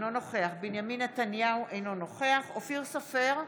אינו נוכח בנימין נתניהו, אינו נוכח אופיר סופר,